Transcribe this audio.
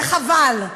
וחבל,